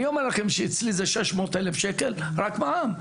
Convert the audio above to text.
אני אומר לכם שאצלי זה 600 אלף שקל רק מע"מ,